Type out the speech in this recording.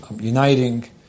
uniting